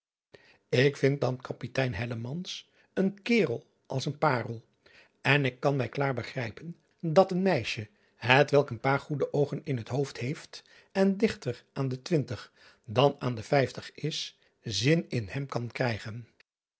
k vind dan apitein een kaerel als een paerel n ik kan mij klaar begrijpen dat een meisje hetwelk een paar goede oogen in het hoofd heeft en digter aan de twintig dan aan de vijftig is zin in hem kan krijgen